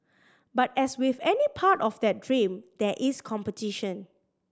but as with any part of that dream there is competition